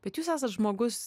bet jūs esat žmogus